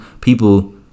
people